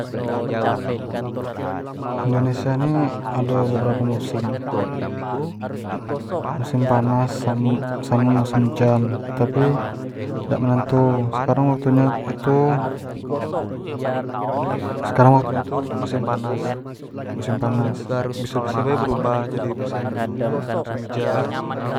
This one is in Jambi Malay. Indonesia ni ado beberapo musim musim panas sa- samo musim hujan, tapi dak menentu sekarang waktu nyo itu sekarang waktu nyo tu musim panas, musim panas biso biso be berubah jadi musim musim hujan.